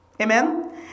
Amen